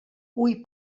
hui